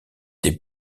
des